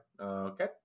okay